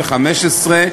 התשע"ה 2014,